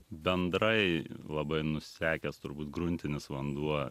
bendrai labai nusekęs turbūt gruntinis vanduo